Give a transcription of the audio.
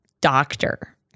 doctor